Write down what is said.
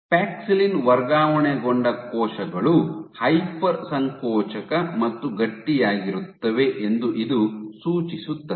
paxillin ವರ್ಗಾವಣೆಗೊಂಡ ಜೀವಕೋಶಗಳು hyper ಸಂಕೋಚಕ ಮತ್ತು ಗಟ್ಟಿಯಾಗಿರುತ್ತವೆ ಎಂದು ಇದು ಸೂಚಿಸುತ್ತದೆ